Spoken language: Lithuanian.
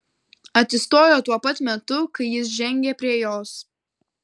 atsistojo tuo pat metu kai jis žengė prie jos